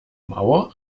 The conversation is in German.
mauer